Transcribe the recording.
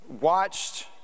watched